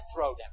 throwdown